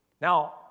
Now